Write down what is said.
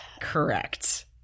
Correct